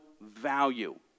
value